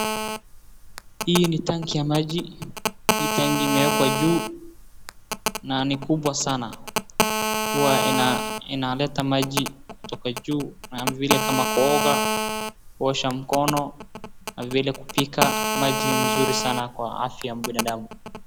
Hii ni tanki ya maji, hii tanki imewekwa juu na ni kubwa sana, huwa inaleta maji kutoka juu kama vile kuoga, kuosha mkono na vile kupika, maji ni nzuri sana kwa afya ya binadamu.